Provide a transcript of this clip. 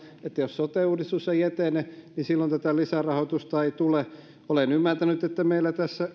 että jos sote uudistus ei etene niin silloin tätä lisärahoitusta ei tule olen ymmärtänyt että meillä tässä